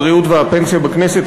הבריאות והפנסיה בכנסת.